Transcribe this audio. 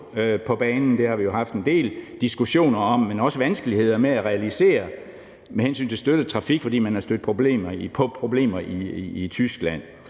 på banen. Det har vi jo haft en del diskussioner om, men også vanskeligheder med at realisere med hensyn til støttet trafik, fordi man er stødt på problemer i Tyskland.